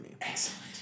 Excellent